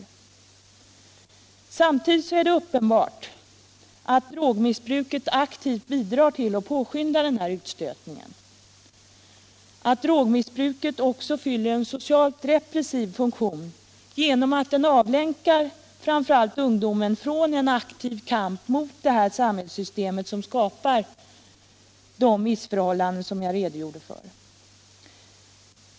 Samtidigt är det uppenbart att drogmissbruket aktivt bidrar till och påskyndar denna utstötning. Drogmissbruket fyller också en socialt repressiv funktion genom att den avlänkar framför allt ungdomen från en aktiv kamp mot det samhällssystem som skapar missförhållanden som jag redogjort för.